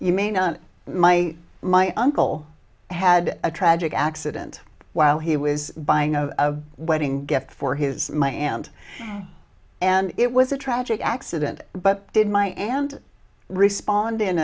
you may not my my uncle had a tragic accident while he was buying a wedding gift for his my aunt and it was a tragic accident but did my aunt respond in